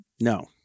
No